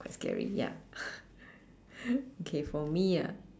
quite scary ya okay for me ah